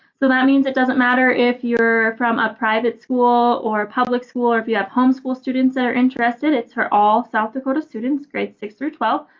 so, that means it doesn't matter if you're from a private school or public school or if you have homeschool students that are interested. it's for all south dakota students grades six through twelve.